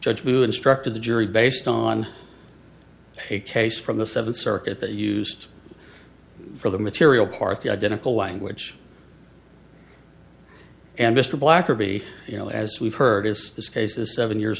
judge who instructed the jury based on a case from the seventh circuit they used for the material part the identical language and mr blacker be you know as we've heard is this case is seven years